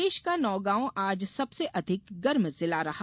प्रदेश का नौगांव आज सबसे अधिक गर्म जिला रहा